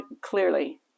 clearly